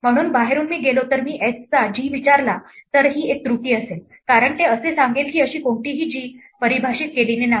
म्हणून बाहेरून मी गेलो तर मी x चा g विचारला तर ही एक त्रुटी असेल कारण ते असे सांगेल की अशी कोणतीही g परिभाषित केलेली नाही